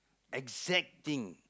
exact thing